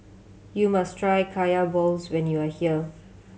you must try Kaya balls when you are here